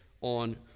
on